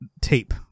tape